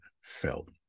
felt